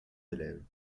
élèves